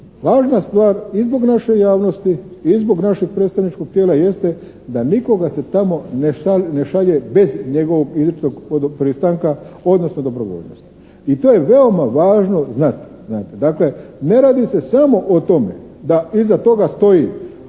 Važna stvar i zbog naše javnosti i zbog našeg predstavničkog tijela jeste da nikoga se tamo ne šalje bez njegovog izričitog pristanka, odnosno dobrovoljnosti i to je veoma važno znati znate. Dakle, ne radi se samo o tome da iza toga stoji